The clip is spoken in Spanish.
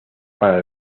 para